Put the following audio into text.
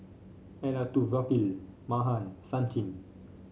Elattuvalapil Mahan Sachin